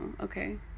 okay